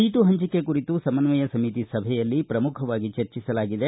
seat ಪಂಚಿಕೆ ಕುರಿತು ಸಮನ್ವಯ ಸಮಿತಿ ಸಭೆಯಲ್ಲಿ ಪ್ರಮುಖವಾಗಿ ಚರ್ಚಿಸಲಾಗಿದೆ